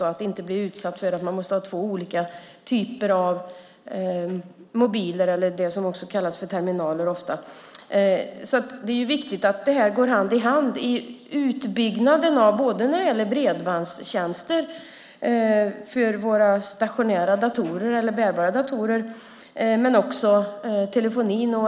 Man ska inte bli utsatt för att man måste ha två olika typer av mobiler eller det som ofta kallas för terminaler. Det är viktigt att det här går hand i hand i utbyggnaden när det gäller bredbandstjänster för våra stationära datorer eller bärbara datorer men också när det gäller telefonin.